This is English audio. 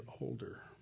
older